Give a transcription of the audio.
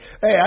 Hey